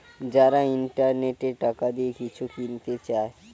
যারা ইন্টারনেটে টাকা দিয়ে কিছু কিনতে চায়